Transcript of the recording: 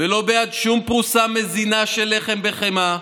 ולא בעד שום פרוסה מזינה של לחם בחמאה,